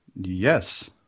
Yes